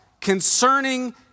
Concerning